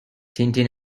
tintin